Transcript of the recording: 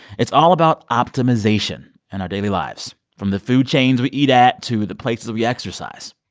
it's all about optimization in our daily lives from the food chains we eat at to the places we exercise.